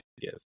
give